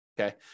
okay